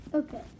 Okay